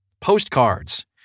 Postcards